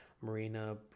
Marina